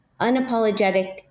unapologetic